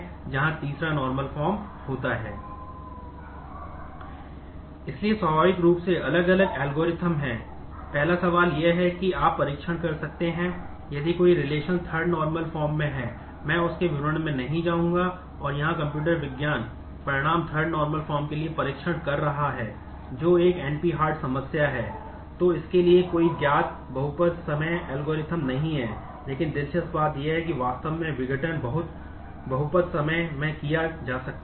इसलिए स्वाभाविक रूप से अलग अलग एल्गोरिदम बहुपद समय में ही किया जा सकता है